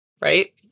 right